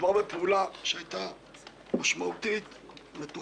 כך נחשפה פעילות החקיקה -- נחשפה?